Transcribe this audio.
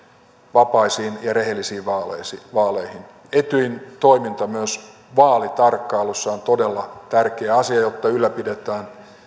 vapaisiin ja rehellisiin vaaleihin etyjin toiminta myös vaalitarkkailussa on todella tärkeä asia jotta ylläpidetään